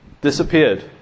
disappeared